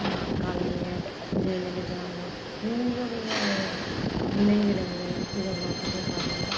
கலைஞர் ஜெயலலிதா அம்மா இவங்களுடைய நினைவிடங்கள் இது எல்லாத்தையும் காட்டணும்